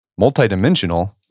multidimensional